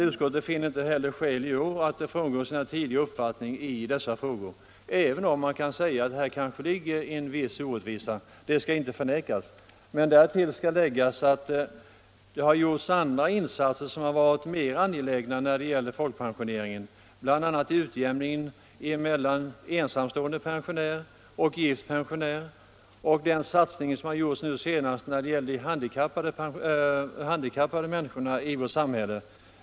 Utskottet finner inte heller i år skäl att frångå sin tidigare uppfattning i dessa frågor, även om man kanske kan säga att här föreligger en viss orättvisa. Det skall inte förnekas att det kan vara så, men hänsyn måste tas till att det har gjorts andra insatser som varit mer angelägna när 145 det gäller folkpensioneringen. Jag vill bl.a. nämna utjämningen mellan ensamstående pensionär och gift pensionär och den satsning som skett nu senast i fråga om de handikappade människorna i vårt samhälle.